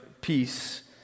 peace